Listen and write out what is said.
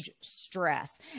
stress